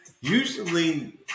usually